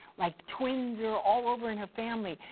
like twins are all over in her family.